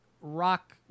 rock